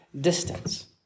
distance